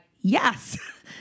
yes